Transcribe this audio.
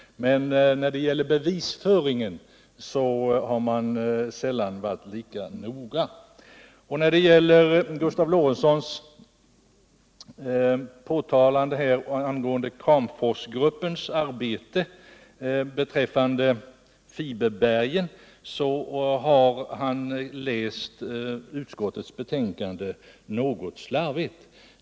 Men när det gäller bevisföringen har man sällan varit lika noga. I fråga om Gustav Lorentzons påpekande om Kramforsgruppens arbete beträffande fiberbergen måste jag säga att han läst utskottets betänkande något slarvigt.